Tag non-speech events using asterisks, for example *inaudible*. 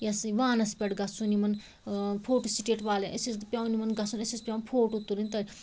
یَس یہِ وانَس پٮ۪ٹھ گَژھُن یِمن فوٹوسٕٹیٹ والٮ۪ن أسۍ ٲسۍ پٮ۪وان یِمن گَژھُن اَسہِ ٲسۍ پٮ۪وان فوٹو تُلٕنۍ *unintelligible*